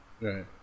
Right